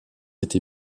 été